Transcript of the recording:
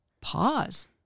pause